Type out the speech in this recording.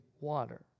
water